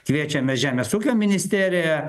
kviečiame žemės ūkio ministeriją